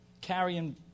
carrying